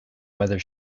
whether